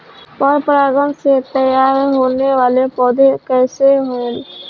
पर परागण से तेयार होने वले पौधे कइसे होएल?